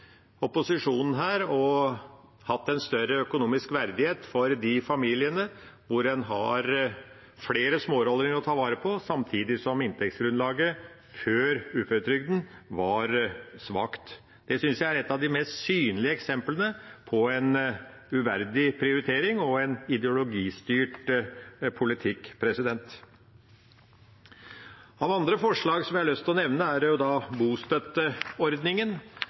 opposisjonen her og sørget for en større økonomisk verdighet for de familiene som har flere smårollinger å ta vare på, samtidig som inntektsgrunnlaget før uføretrygden var svakt. Det synes jeg er et av de mest synlige eksemplene på en uverdig prioritering og en ideologistyrt politikk. Av andre forslag jeg har lyst til å nevne, er det som gjelder bostøtteordningen,